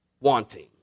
wanting